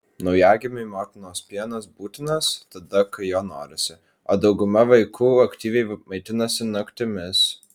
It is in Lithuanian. naujagimiui motinos pienas būtinas tada kai jo norisi o dauguma vaikų aktyviai maitinasi naktimis